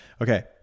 Okay